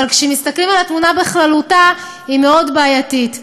אבל כשמסתכלים על התמונה בכללותה היא מאוד בעייתית.